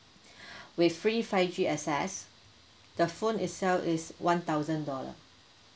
with free five G access the phone itself is one thousand dollar